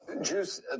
Juice